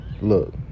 look